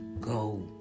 go